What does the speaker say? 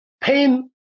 Pain